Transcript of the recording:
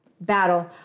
battle